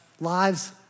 Lives